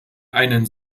einen